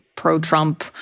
pro-Trump